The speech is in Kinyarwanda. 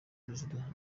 perezida